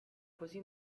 così